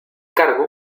cargo